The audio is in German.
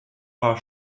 war